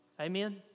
Amen